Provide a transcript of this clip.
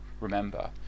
remember